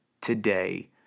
today